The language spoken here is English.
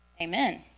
Amen